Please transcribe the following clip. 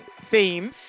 theme